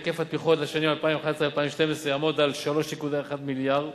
היקף התמיכות לשנים 2011 2012 יעמוד על 3.1 מיליארד